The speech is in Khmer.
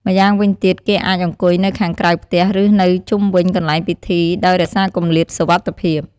ម្យ៉ាងវិញទៀត គេអាចអង្គុយនៅខាងក្រៅផ្ទះ ឬនៅជុំវិញកន្លែងពិធី ដោយរក្សាគម្លាតសុវត្ថិភាព។